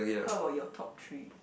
how about your top three